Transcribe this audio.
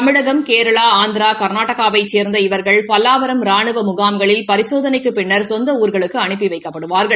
தமிழகம் கேரளா ஆந்திரா கர்நாடகா வைச் சோந்த இவர்கள் பல்லாவரம் ராணுவ முகாம்களில் பரிசோதனைக்குப் பின்னர் சொந்த ஊர்களுக்கு அனுப்பி வைக்கப்படுவார்கள்